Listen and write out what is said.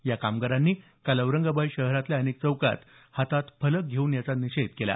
या कामगारांनी काल औरंगाबाद शहरातल्या अनेक चौकात हातात फलक घेऊन याचा निषेध केला